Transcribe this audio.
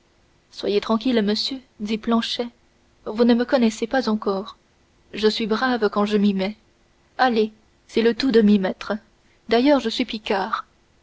soyez tranquille monsieur dit planchet vous ne me connaissez pas encore je suis brave quand je m'y mets allez c'est le tout de m'y mettre d'ailleurs je suis picard